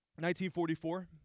1944